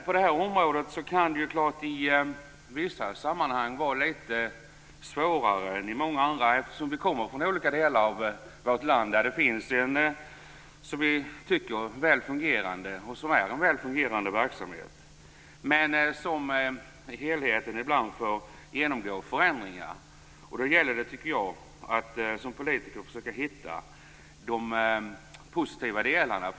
På det här området kan det i vissa sammanhang vara svårare än i många andra eftersom vi kommer från olika delar av vårt land där det finns en som vi tycker väl fungerande verksamhet, som också är en väl fungerande verksamhet. Men för helhetens skull får den ibland genomgå förändringar. Då gäller det, tycker jag, att som politiker försöka hitta de positiva delarna.